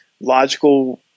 logical